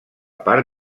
part